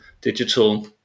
digital